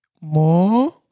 more